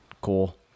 Cool